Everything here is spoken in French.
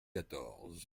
quatorze